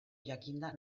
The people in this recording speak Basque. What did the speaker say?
jakinda